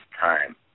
time